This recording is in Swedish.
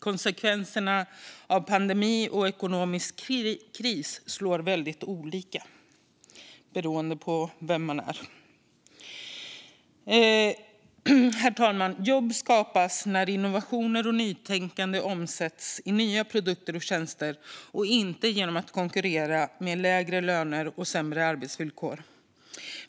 Konsekvenserna av pandemi och ekonomisk kris slår väldigt olika beroende på vem man är. Herr talman! Jobb skapas när innovationer och nytänkande omsätts i nya produkter och tjänster och inte genom att man konkurrerar med lägre löner och sämre arbetsvillkor.